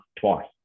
twice